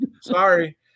Sorry